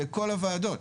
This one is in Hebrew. בכל הוועדות,